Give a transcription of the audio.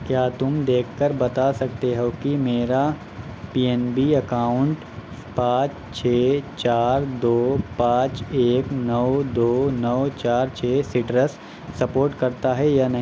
کیا تم دیکھ کر بتا سکتے ہو کہ میرا پی این بی اکاؤنٹ پانچ چھ چار دو پانچ ایک نو دو نو چار چھ سٹرس سپوٹ کرتا ہے یا نہیں